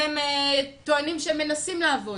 והם טוענים שהם מנסים לעבוד.